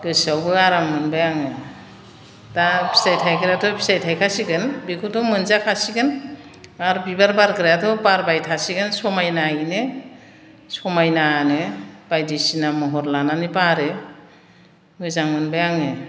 गोसोआवबो आराम मोनबाय आङो दा फिथाइ थायग्रायाथ' फिथाइ थायखासिगोन बेखौथ' मोनजाखासिगोन आरो बिबार बारग्रायाथ' बारबायथासिगोन समायनायैनो समायनानो बायदिसिना महर लानानै बारो मोजां मोनबाय आङो